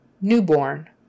newborn